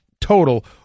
total